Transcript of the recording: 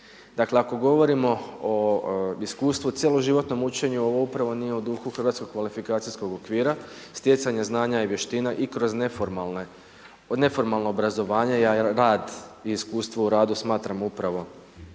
Dakle, ako govorimo o iskustvu, cjeloživotnom učenju, ovo upravo nije u duhu Hrvatskog kvalifikacijskog okvira, stjecanje znanja i vještina i kroz neformalno obrazovanje, ja rad i iskustvo u radu smatram upravo